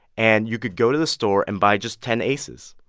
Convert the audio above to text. and you could go to the store and buy just ten aces.